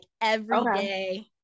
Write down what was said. everyday